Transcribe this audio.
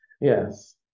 Yes